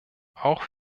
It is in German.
auch